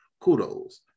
kudos